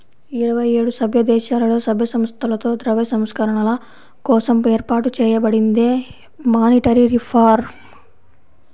ఇరవై ఏడు సభ్యదేశాలలో, సభ్య సంస్థలతో ద్రవ్య సంస్కరణల కోసం ఏర్పాటు చేయబడిందే మానిటరీ రిఫార్మ్